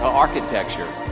ah architecture